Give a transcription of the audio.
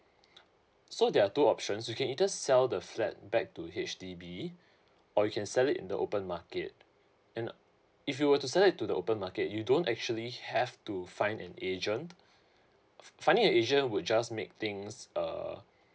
so there are two options you can either sell the flat back to H_D_B or you can sell it in the open market and if you were to sell it to the open market you don't actually have to find an agent f~ finding an agent would just make things uh